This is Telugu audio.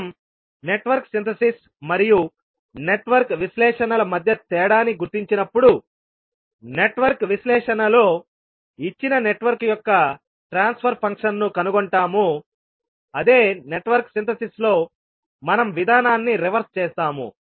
మనం నెట్వర్క్ సింథసిస్ మరియు నెట్వర్క్ విశ్లేషణల మధ్య తేడాను గుర్తించినప్పుడు నెట్వర్క్ విశ్లేషణలో ఇచ్చిన నెట్వర్క్ యొక్క ట్రాన్స్ఫర్ ఫంక్షన్ను కనుగొంటాము అదే నెట్వర్క్ సింథసిస్ లో మనం విధానాన్ని రివర్స్ చేస్తాము